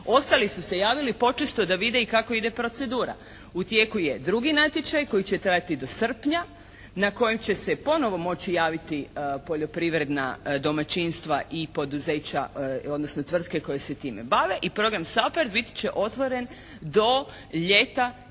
Ostali su se javili počesto da vide i kako ide procedura. U tijeku je drugi natječaj koji će trajati do srpnja, na kojem će se ponovo moći javiti poljoprivredna domaćinstva i poduzeća odnosno tvrtke koje se time bave. I program SAPARD bit će otvoren do ljeta